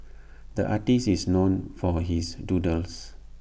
the artist is known for his doodles